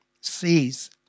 sees